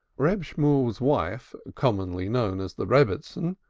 reb shemuel's wife, commonly known as the rebbitzin,